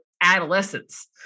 adolescence